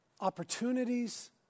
opportunities